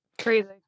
Crazy